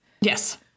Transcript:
yes